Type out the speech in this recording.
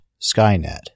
Skynet